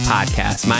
Podcast